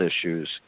issues